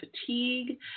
fatigue